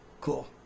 Cool